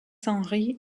henri